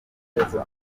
gukomeza